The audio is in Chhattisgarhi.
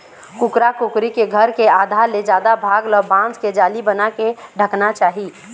कुकरा कुकरी के घर के आधा ले जादा भाग ल बांस के जाली बनाके ढंकना चाही